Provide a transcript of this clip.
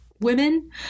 women